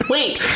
Wait